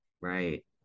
Right